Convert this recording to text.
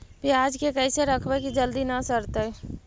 पयाज के कैसे रखबै कि जल्दी न सड़तै?